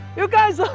you guys,